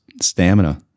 stamina